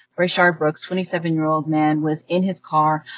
rayshard brooks, twenty seven year old man, was in his car,